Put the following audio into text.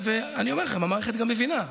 אני אומר לכם שהמערכת גם מבינה.